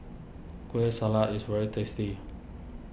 Kueh Salat is very tasty